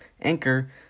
Anchor